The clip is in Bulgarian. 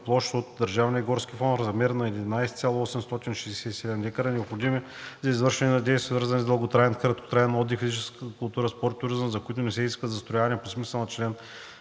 площ от държавния горски фонд в размер на 11,867 дка, необходими за извършване на дейности, свързани с дълготраен и краткотраен отдих, физическа култура, спорт и туризъм, за които не се изисква застрояване по смисъла на чл.